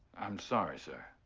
i'm sorry, sir.